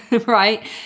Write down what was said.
right